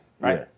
right